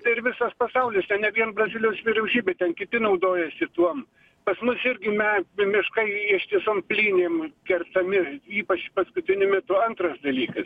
tai ir visas pasaulis ne vien brazilijos vyriausybė ten kiti naudojasi tuom pas mus irgi me miškai ištisom plynim kertami ypač paskutiniu metu antras dalykas